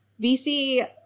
VC